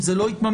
אם זה לא יתממש,